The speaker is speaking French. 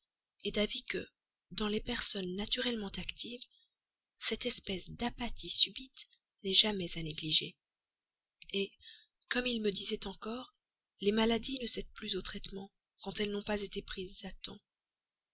est d'avis que dans les personnes naturellement actives cette espèce d'apathie subite n'est jamais à négliger et comme il me disait encore les maladies ne cèdent plus au traitement quand elles n'ont pas été prises à temps